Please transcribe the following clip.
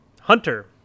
Hunter